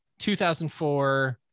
2004